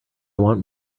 want